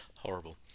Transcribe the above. Horrible